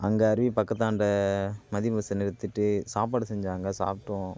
அங்கே அருவி பக்கத்தாண்ட மதி பஸில் நிறுத்திட்டு சாப்பாடு செஞ்சாங்க சாப்பிட்டோம்